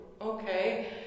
Okay